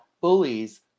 bullies